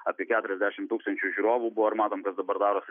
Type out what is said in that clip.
apie keturiasdešimt tūkstančių žiūrovų buvo ir matom kas dabar darosi